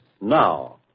now